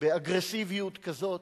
באגרסיביות כזאת,